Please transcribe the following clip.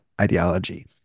ideology